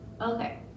Okay